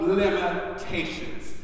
limitations